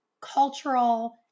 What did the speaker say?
cultural